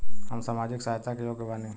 हम सामाजिक सहायता के योग्य बानी?